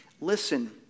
Listen